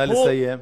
נא לסיים.